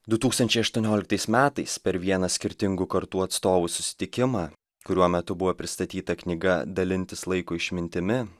du tūkstančiai aštuonioliktais metais per vieną skirtingų kartų atstovų susitikimą kurio metu buvo pristatyta knyga dalintis laiko išmintimi